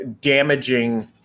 damaging